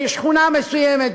בשכונה מסוימת,